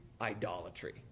idolatry